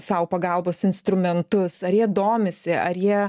sau pagalbos instrumentus ar jie domisi ar jie